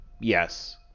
Yes